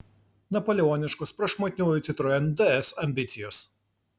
napoleoniškos prašmatniųjų citroen ds ambicijos